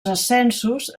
ascensos